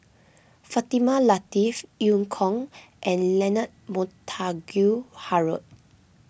Fatimah Lateef Eu Kong and Leonard Montague Harrod